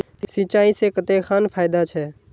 सिंचाई से कते खान फायदा छै?